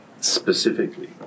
specifically